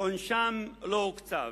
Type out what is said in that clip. עונשם לא נקצב.